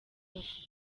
bafite